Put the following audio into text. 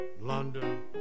London